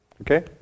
Okay